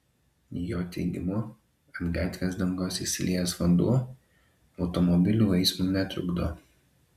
jo teigimu ant gatvės dangos išsiliejęs vanduo automobilių eismui netrukdo